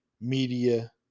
media